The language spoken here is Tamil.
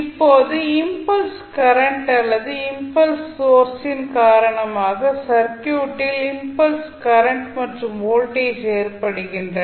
இப்போது இம்பல்ஸ் கரண்ட் அல்லது இம்பல்ஸ் சோர்ஸின் காரணமாக சர்க்யூட்டில் இம்பல்ஸ் கரண்ட் மற்றும் வோல்டேஜ் ஏற்படுகின்றன